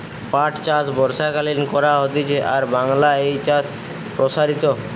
পাট চাষ বর্ষাকালীন করা হতিছে আর বাংলায় এই চাষ প্সারিত